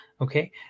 Okay